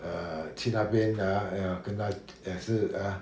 err 去那边 ah err 跟他也是 ah